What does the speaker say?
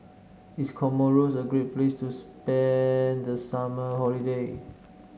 is Comoros a great place to spend the summer holiday